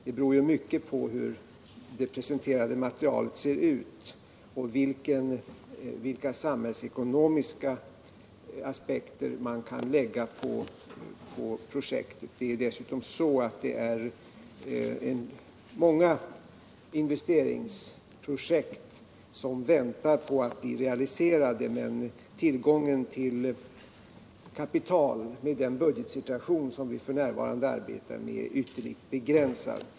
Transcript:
Den beror mycket på hur det presenterade materialet ser ut och vilka samhällsekonomiska aspekter man kan lägga på projektet. Det är dessutom många investeringsprojekt som väntar på att bli realiserade, men tillgången till kapital i den budgetsituation som vi f.n. arbetar med är ytterligt begränsad.